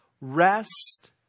Rest